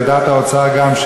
על דעת האוצר גם,